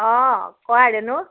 অঁ কোৱা ৰেণু